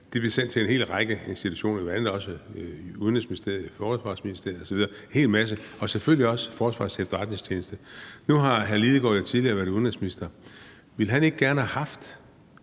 de bliver sendt til en hel række institutioner, bl.a. også Udenrigsministeriet, Forsvarsministeriet osv., en hel masse, og selvfølgelig også Forsvarets Efterretningstjeneste. Og nu har hr. Martin Lidegaard jo tidligere været udenrigsminister. Ville han ikke gerne have haft